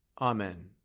Amen